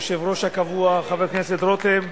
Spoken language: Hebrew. ליושב-ראש הקבוע חבר הכנסת רותם,